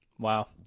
Wow